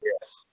Yes